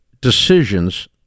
decisions